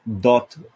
dot